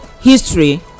history